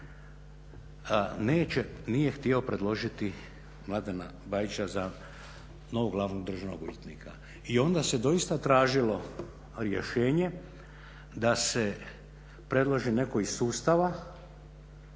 nije htio predložiti Mladena Bajića za novog glavnog državnog odvjetnika. I onda se doista tražilo rješenje da se predloži netko iz sustava